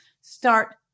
start